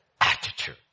attitude